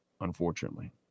unfortunately